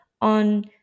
on